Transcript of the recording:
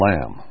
Lamb